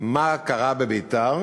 מה קרה בביתר,